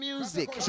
Music